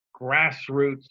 grassroots